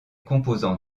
composants